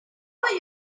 are